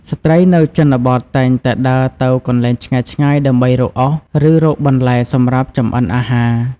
ស្ត្រីនៅជនបទតែងតែដើរទៅកន្លែងឆ្ងាយៗដើម្បីរកអុស ឬរកបន្លែសម្រាប់ចម្អិនអាហារ។